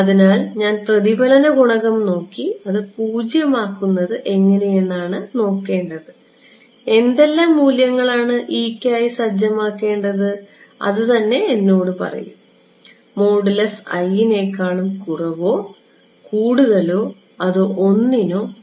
അതിനാൽ ഞാൻ പ്രതിഫലന ഗുണകം നോക്കി അത് പൂജ്യമാക്കുന്നത് എങ്ങനെയെന്ന് നോക്കേണ്ടതാണ് എന്തെല്ലാം മൂല്യങ്ങളാണ് നായി സജ്ജമാക്കേണ്ടതെന്ന് അത് തന്നെ എന്നോട് പറയും മോഡുലസ് 1 നേക്കാളും കുറവോ കൂടുതലോ അതോ ഒന്നിനു തുല്യമോ ആണ്